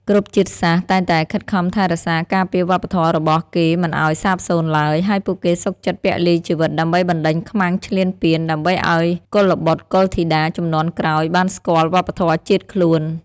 គ្រប់ជាតិសាសន៍តែងតែខិតខំថែរក្សាការពារវប្បធម៌របស់គេមិនឱ្យសាបសូន្យឡើយ ហើយពួកគេសុខចិត្តពលីជីវិតដើម្បីបណ្តេញខ្មាំងឈ្លានពាន ដើម្បីឱ្យកុលបុត្រកុលធីតាជំនាន់ក្រោយបានស្គាល់វប្បធម៌ជាតិខ្លួន។